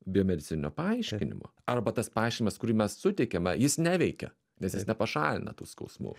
biomedicininio paaiškinimo arba tas paaiškinimas kurį mes suteikiame jis neveikia nes jis nepašalina tų skausmų